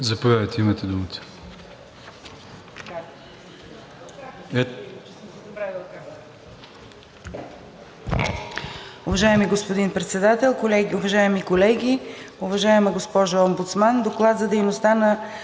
заповядайте, имате думата.